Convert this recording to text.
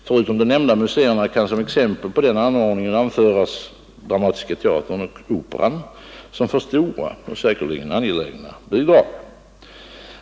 Förutom de nämnda båda museerna kan som exempel på den ordningen anföras Dramatiska teatern och Operan, som får stora och säkerligen angelägna bidrag.